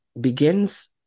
begins